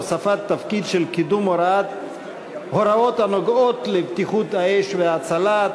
הוספת תפקיד של קידום הוראות הנוגעות לבטיחות האש וההצלה),